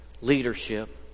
leadership